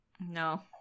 No